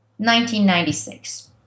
1996